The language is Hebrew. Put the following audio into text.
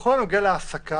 בכל הנוגע להעסקה